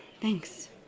thanks